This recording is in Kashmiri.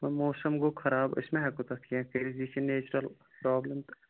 ووں موسَم گوٚو خراب أسۍ ما ہیکو تَتھ کیٚنٛہہ کٔرتھ یہِ چھُ نیچرَل پرابلم تہٕ